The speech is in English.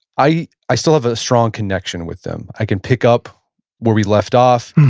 i i still have a strong connection with them. i can pick up where we left off.